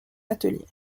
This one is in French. atelier